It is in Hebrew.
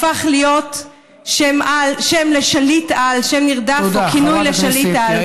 הפך להיות שם נרדף או כינוי לשליט-על.